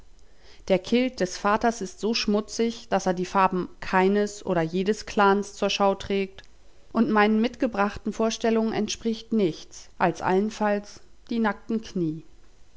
der kilt des vaters ist so schmutzig daß er die farben keines oder jedes clans zur schau trägt und meinen mitgebrachten vorstellungen entspricht nichts als allenfalls die nackten knie